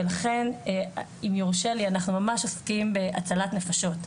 ולכן, אם יורשה לי, אנחנו ממש עוסקים בהצלת נפשות.